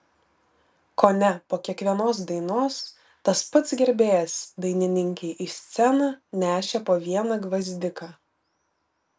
kone po kiekvienos dainos tas pats gerbėjas dainininkei į sceną nešė po vieną gvazdiką